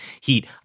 heat